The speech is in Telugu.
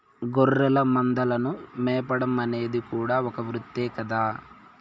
గొర్రెల మందలను మేపడం అనేది కూడా ఒక వృత్తే కదా